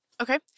Okay